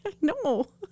No